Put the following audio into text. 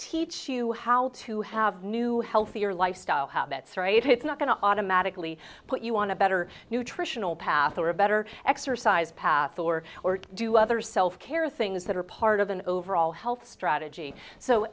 teach you how to have new healthier lifestyle habits right it's not going to automatically put you on a better nutritional path or a better exercise path or or do other self care things that are part of an overall health strategy so